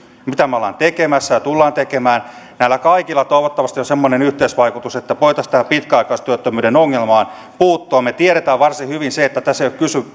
mitä me olemme tekemässä ja tulemme tekemään toivottavasti on semmoinen yhteisvaikutus että voitaisiin tähän pitkäaikaistyöttömyyden ongelmaan puuttua me tiedämme varsin hyvin sen että tässä ei ole kyse